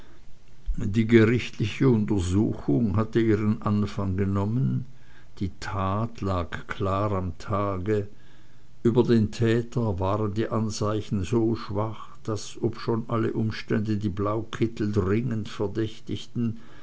die gerichtliche untersuchung hatte ihren anfang genommen die tat lag klar am tage über den täter aber waren die anzeigen so schwach daß obschon alle umstände die blaukittel dringend verdächtigten